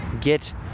get